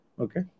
Okay